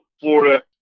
Florida